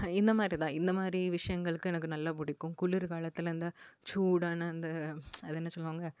இந்தமாதிரிதான் இந்தமாதிரி விஷயங்களுக்கு எனக்கு நல்லா பிடிக்கும் குளிர் காலத்தில் இந்த சூடான அந்த அது என்ன சொல்லுவாங்கள்